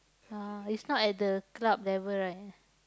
ah it's not at the club level right